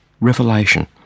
revelation